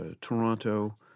Toronto